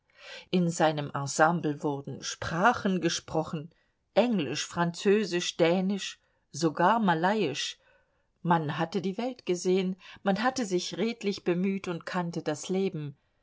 in seinem ensemble wurden sprachen gesprochen englisch französisch dänisch sogar malayisch man hatte die welt gesehen man hatte sich redlich bemüht und kannte das leben